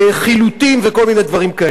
חילוטים, וכל מיני דברים כאלה.